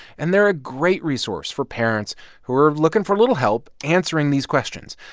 and they're a great resource for parents who are looking for a little help answering these questions,